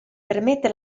permette